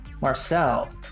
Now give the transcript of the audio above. Marcel